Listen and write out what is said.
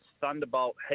Thunderbolt